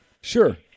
Sure